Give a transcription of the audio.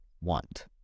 want